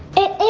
it is,